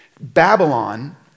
Babylon